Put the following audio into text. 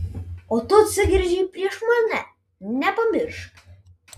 o tu atsigręžei prieš mane nepamiršk